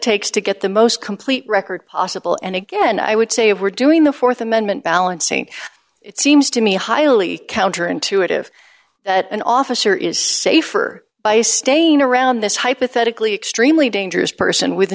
takes to get the most complete record possible and again i would say we're doing the th amendment balancing it seems to me highly counter intuitive that an officer is safer by staying around this hypothetically extremely dangerous person with